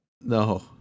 No